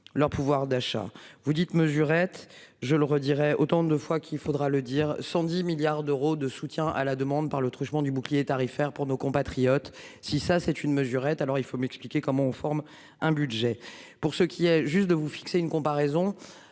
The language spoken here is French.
leur pouvoir d'achat. Vous dites mesurettes je le redirai autant de fois qu'il faudra le dire 110 milliards d'euros de soutien à la demande par le truchement du bouclier tarifaire pour nos compatriotes. Si ça c'est une mesurette. Alors il faut m'expliquer comment on forme un budget pour ce qui est juste de vous fixer une comparaison